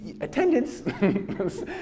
attendance